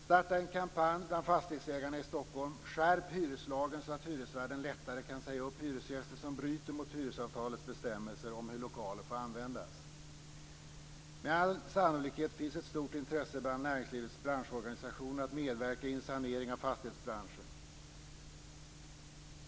Starta en kampanj bland fastighetsägarna i Stockholm! Skärp hyreslagen så att hyresvärden lättare kan säga upp hyresgäster som bryter mot hyresavtalets bestämmelser om hur lokaler får användas! Med all sannolikhet finns ett stort intresse bland näringslivets branschorganisationer att medverka i en sanering av fastighetsbranschen.